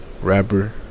Rapper